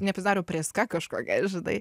nepasidaro prėska kažkokia žinai